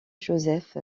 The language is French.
joseph